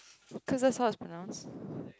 cause that's how it's pronounced